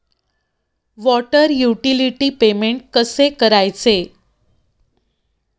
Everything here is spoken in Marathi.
वॉटर युटिलिटी पेमेंट कसे करायचे?